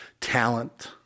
talent